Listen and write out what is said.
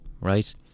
right